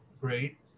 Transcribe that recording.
great